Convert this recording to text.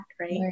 right